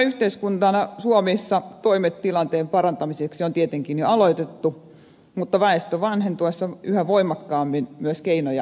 ikääntyvän yhteiskunnan suomessa toimet tilanteen parantamiseksi on tietenkin jo aloitettu mutta väestön vanhentuessa yhä voimakkaammin myös keinoja on lisättävä